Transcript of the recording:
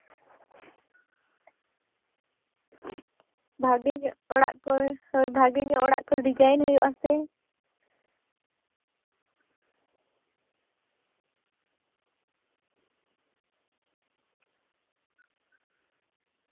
ᱵᱷᱟᱜᱮ ᱧᱚᱜ ᱚᱲᱟᱜ ᱠᱚ ᱵᱷᱟᱜᱮ ᱧᱚᱜ ᱚᱲᱟᱜ ᱠᱚ ᱰᱤᱡᱟᱭᱤᱱ ᱦᱩᱭᱩᱜᱼᱟ ᱥᱮ